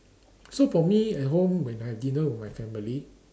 so for me at home when I have dinner with my family